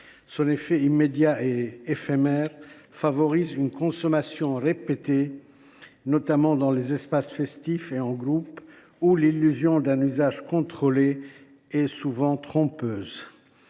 Son effet, immédiat et éphémère, favorise une consommation répétée, notamment dans les espaces festifs et en groupe, où l’apparence d’un usage contrôlé est souvent une